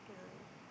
yeah